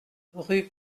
rue